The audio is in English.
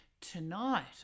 tonight